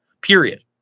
period